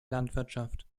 landwirtschaft